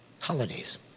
Holidays